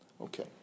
Okay